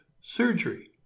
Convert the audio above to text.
surgery